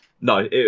no